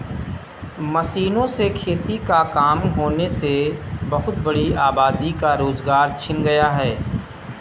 मशीनों से खेती का काम होने से बहुत बड़ी आबादी का रोजगार छिन गया है